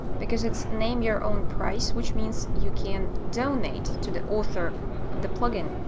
because it's name your own price which means you can donate to the author of the plugin,